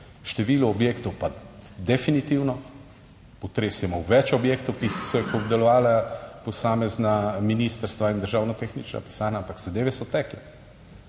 številu objektov pa definitivno. Potres je imel več objektov, ki so jih obdelovala posamezna ministrstva in državna tehnična pisarna, ampak zadeve so tekle.